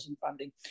funding